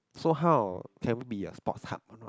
so how can we be a sports hub or not